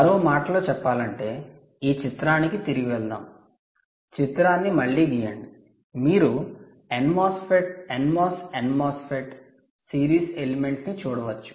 మరో మాటలో చెప్పాలంటే ఈ చిత్రానికి తిరిగి వెళ్దాం చిత్రాన్ని మళ్లీ గీయండి మీరు NMOS n MOSFET series element ని చూడవచ్చు